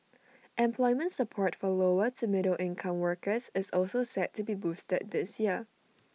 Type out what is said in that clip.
employment support for lower to middle income workers is also set to be boosted this year